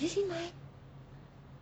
have you seen mine